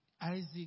Isaac